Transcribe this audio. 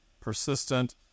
persistent